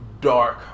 dark